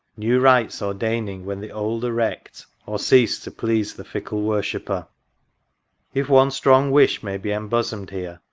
new rites ordaining when the old are wrecked. or cease to please the fickle worshipper if one strong wish may be embosomed here.